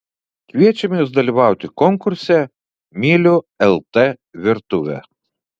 kviečiame jus dalyvauti konkurse myliu lt virtuvę